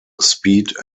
speed